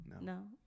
No